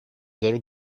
little